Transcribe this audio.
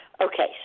Okay